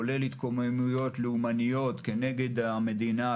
כולל התקוממויות לאומניות כנגד המדינה,